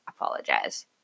apologize